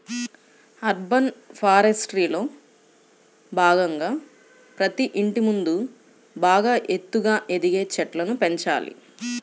urban ఫారెస్ట్రీలో భాగంగా ప్రతి ఇంటి ముందు బాగా ఎత్తుగా ఎదిగే చెట్లను పెంచాలి